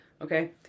Okay